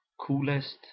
coolest